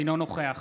אינו נוכח